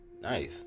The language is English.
nice